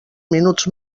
minuts